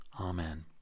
Amen